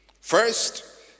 First